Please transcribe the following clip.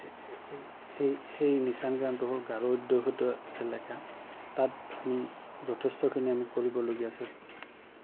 সেই সেই নিচান গামটো হ'ল গাৰো অধ্যুষিত এলেকা তাত আমি যথেষ্টখিনি আমি কৰিবলগীয়া আছে